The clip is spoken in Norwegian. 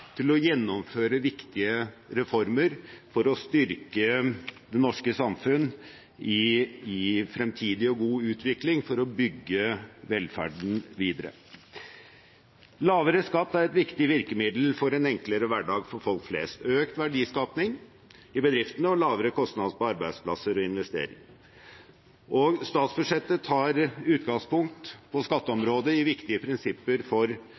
til å gjennomføre viktige reformer for å styrke det norske samfunn i fremtidig og god utvikling for å bygge velferden videre. Lavere skatt er et viktig virkemiddel for en enklere hverdag for folk flest, økt verdiskaping i bedriftene og lavere kostnader på arbeidsplasser og investering. Statsbudsjettet tar utgangspunkt på skatteområdet i viktige prinsipper for